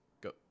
go